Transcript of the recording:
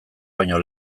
baino